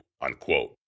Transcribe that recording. unquote